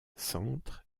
centre